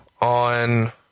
on